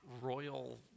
royal